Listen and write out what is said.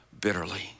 bitterly